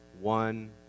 one